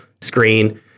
screen